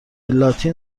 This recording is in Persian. لاتین